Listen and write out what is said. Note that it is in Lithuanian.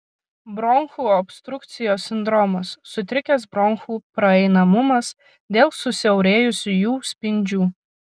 bronchų obstrukcijos sindromas sutrikęs bronchų praeinamumas dėl susiaurėjusių jų spindžių